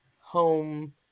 home